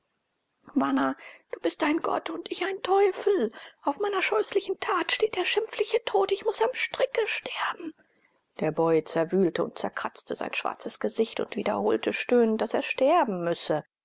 du bist ein gott und ich ein teufel auf meiner scheußlichen tat steht der schimpfliche tod ich muß am stricke sterben der boy zerwühlte und zerkratzte sein schwarzes gesicht und wiederholte stöhnend daß er sterben müsse